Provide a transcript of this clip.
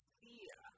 fear